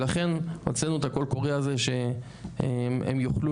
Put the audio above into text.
ולכן הוצאנו את הקול קורא הזה שהם יוכלו